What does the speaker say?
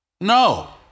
No